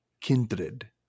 kindred